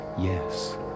yes